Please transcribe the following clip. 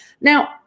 Now